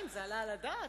זאת לא ממשלה כזו או